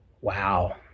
Wow